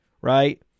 right